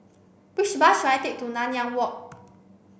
which bus should I take to Nanyang Walk